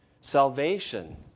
salvation